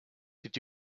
did